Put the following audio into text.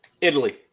Italy